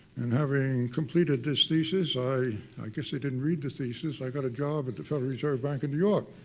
and having completed this thesis i i guess they didn't read the thesis, i got a job at the federal reserve bank of new york.